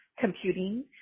Computing